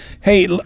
Hey